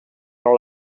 però